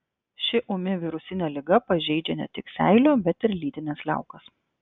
ši ūmi virusinė liga pažeidžia ne tik seilių bet ir lytines liaukas